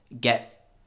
get